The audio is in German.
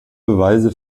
beweise